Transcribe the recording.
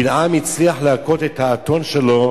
בלעם הצליח להכות את האתון שלו